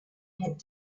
had